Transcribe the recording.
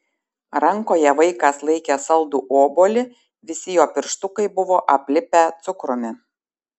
rankoje vaikas laikė saldų obuolį visi jo pirštukai buvo aplipę cukrumi